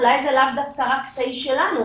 אולי זה לאו דווקא רק סיי שלנו,